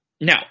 Now